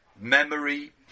memory